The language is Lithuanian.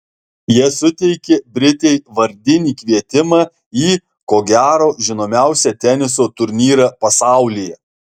jie suteikė britei vardinį kvietimą į ko gero žinomiausią teniso turnyrą pasaulyje